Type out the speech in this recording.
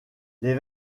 les